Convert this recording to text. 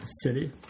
City